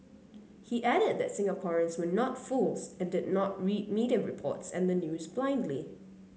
he added that Singaporeans were not fools and did not read media reports and the news blindly